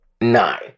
Nine